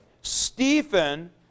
Stephen